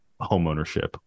homeownership